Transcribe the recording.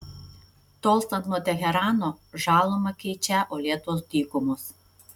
tolstant nuo teherano žalumą keičią uolėtos dykumos